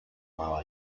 mala